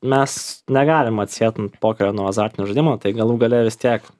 mes negalim atsiet pokerio nuo azartinio žaidimo tai galų gale vis tiek